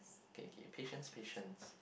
okay okay patience patience